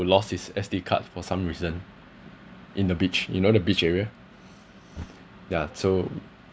to lost his S_D card for some reason in the beach you know the beach area yeah so